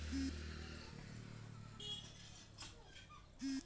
personal loan खतरा वला loan छ जहार पर ब्याज अधिक लग छेक